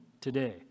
today